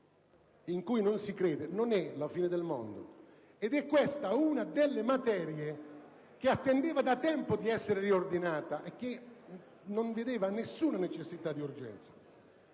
in cui non si crede non è la fine del mondo. Questa è una delle materie che attendeva da tempo di essere riordinata e che non registrava necessità ed urgenza.